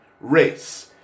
race